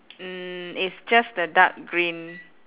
mm it's just the dark green